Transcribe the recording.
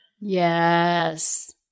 Yes